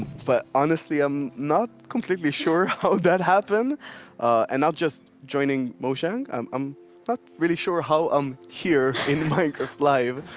but honestly, i'm not completely sure how that happened. and not just joining mojang, i'm not um but really sure how i'm here in minecraft live.